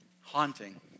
Haunting